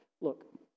Look